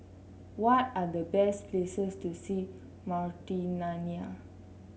what are the best places to see Mauritania